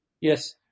Yes